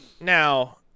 Now